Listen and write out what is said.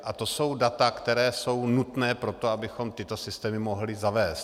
A to jsou data, která jsou nutná pro to, abychom tyto systémy mohli zavést.